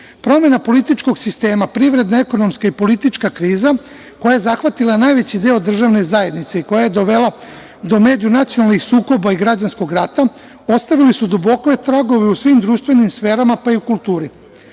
političkog sistema, privredna, ekonomska i politička kriza, koja je zahvatila najveći deo državne zajednice i koja je dovela do međunacionalnih sukoba i građanskog rata, ostavili su duboke tragove u svim društvenim sferama, pa i u kulturi.